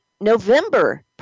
November